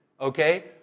okay